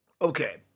Okay